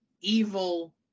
evil